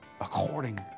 according